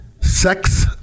sex